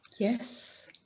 Yes